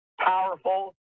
powerful